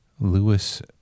Lewis